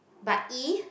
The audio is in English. but E